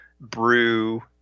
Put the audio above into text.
Brew